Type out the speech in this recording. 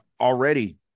already